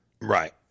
right